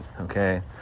okay